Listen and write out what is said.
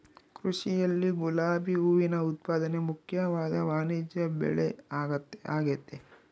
ಕೃಷಿಯಲ್ಲಿ ಗುಲಾಬಿ ಹೂವಿನ ಉತ್ಪಾದನೆ ಮುಖ್ಯವಾದ ವಾಣಿಜ್ಯಬೆಳೆಆಗೆತೆ